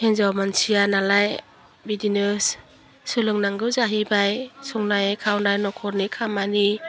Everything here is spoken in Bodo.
हिन्जाव मानसिया नालाय बिदिनो सो सोलोंनांगौ जाहैबाय संनाय खावनाय नखरनि खामानि